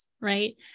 right